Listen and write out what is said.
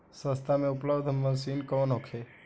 सस्ता में उपलब्ध मशीन कौन होखे?